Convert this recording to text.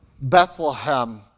Bethlehem